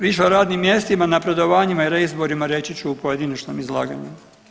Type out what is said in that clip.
Više sa radnim mjestima, napredovanjima i reizborima reći u pojedinačnom izlaganju.